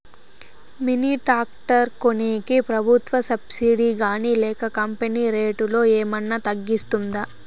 Mini tractor కొనేకి ప్రభుత్వ subsidy గాని లేక కంపెని రేటులో ఏమన్నా తగ్గిస్తుందా?